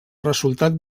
resultat